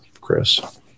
Chris